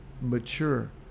mature